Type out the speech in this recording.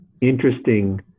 interesting